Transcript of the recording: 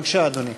בבקשה, אדוני.